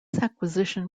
acquisition